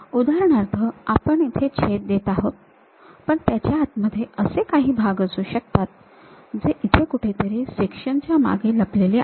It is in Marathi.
उदाहरणार्थ आपण इथे छेद देत आहोत पण त्याच्या आतमध्ये असे काही भाग असू शकतात जे इथे कुठेतरी सेक्शन च्या मागे लपलेले आहेत